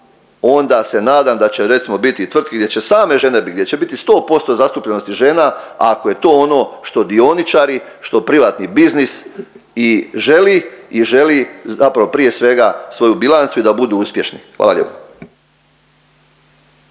onda se nadam da će recimo biti tvrtki gdje će same žene biti, gdje će biti 100% zastupljenosti žena ako je to ono što dioničari, što privatni biznis i želi i želi zapravo prije svega svoju bilancu i da budu uspješni. Hvala lijepo.